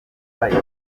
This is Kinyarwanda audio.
ari